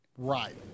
Right